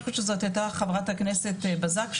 אני חושבת שזאת הייתה חברת הכנסת בזק שאמרה,